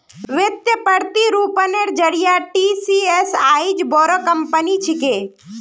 वित्तीय प्रतिरूपनेर जरिए टीसीएस आईज बोरो कंपनी छिके